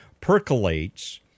percolates